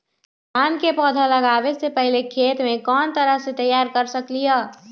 धान के पौधा लगाबे से पहिले खेत के कोन तरह से तैयार कर सकली ह?